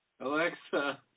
Alexa